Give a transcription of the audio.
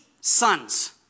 sons